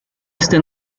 este